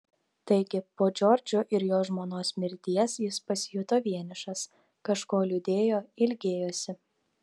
taigi po džordžo ir jo žmonos mirties jis pasijuto vienišas kažko liūdėjo ilgėjosi